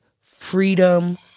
freedom